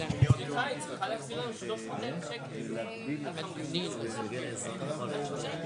בימי חמישי וראשון והייתם עושים דיונים.